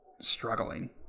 struggling